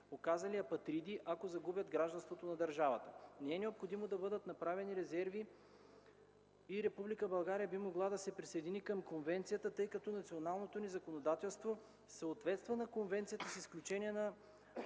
оказали апатриди, ако загубят гражданството на държавата. Не е необходимо да бъдат направени резерви и Република България би могла да се присъедини към Конвенцията, тъй като националното ни законодателство съответства на Конвенцията, с изключение на